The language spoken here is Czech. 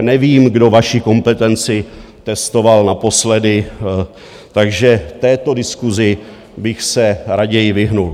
Nevím, kdo vaši kompetenci testoval naposledy, takže této diskusi bych se raději vyhnul.